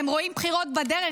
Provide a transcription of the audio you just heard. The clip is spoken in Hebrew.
הם רואים בחירות בדרך,